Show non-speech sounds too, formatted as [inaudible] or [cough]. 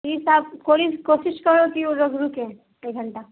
[unintelligible] تھوڑی سی کوشش کرو کہ وہ لوگ رکیں ایک گھنٹہ